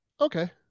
okay